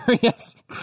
Yes